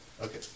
Okay